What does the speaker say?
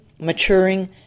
maturing